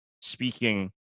speaking